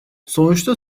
sonuçta